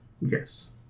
Yes